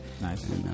Nice